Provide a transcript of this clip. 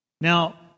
Now